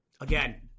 again